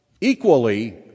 equally